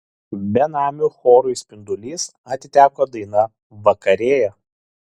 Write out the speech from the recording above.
benamių chorui spindulys atiteko daina vakarėja